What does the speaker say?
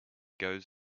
goes